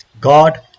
God